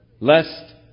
Lest